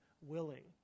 willing